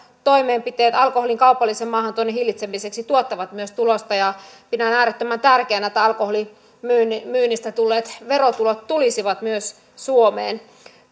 toimenpiteet alkoholin kaupallisen maahantuonnin hillitsemiseksi tuottavat myös tulosta ja pidän äärettömän tärkeänä että alkoholimyynnistä tulleet verotulot tulisivat myös suomeen